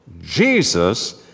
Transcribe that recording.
Jesus